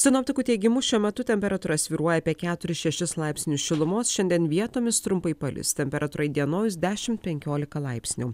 sinoptikų teigimu šiuo metu temperatūra svyruoja apie keturis šeis laipsnius šilumos šiandien vietomis trumpai palis temperatūra įdienojus dešim penkiolika laipsnių